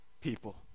people